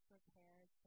prepared